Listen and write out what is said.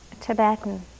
Tibetan